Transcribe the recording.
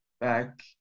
back